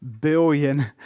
billion